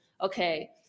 okay